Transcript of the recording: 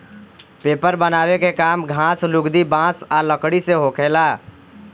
paper बनावे के काम घास, लुगदी, बांस आ लकड़ी से होखेला